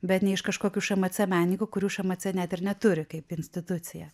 bet ne iš kažkokių šmc menininkų kurių šmc net ir neturi kaip institucija